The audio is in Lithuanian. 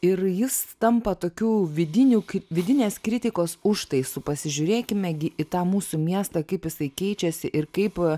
ir jis tampa tokiu vidiniu kai vidinės kritikos užtaisu pasižiūrėkime gi į tą mūsų miestą kaip jisai keičiasi ir kaip